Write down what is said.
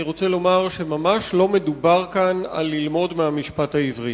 אני רוצה לומר שממש לא מדובר כאן על ללמוד מהמשפט העברי.